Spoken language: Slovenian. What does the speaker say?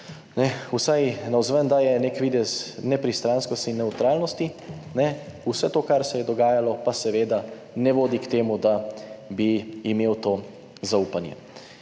vsaj navzven daje nek videz nepristranskosti in nevtralnosti. Vse to, kar se je dogajalo, pa seveda ne vodi k temu, da bi imel to zaupanje.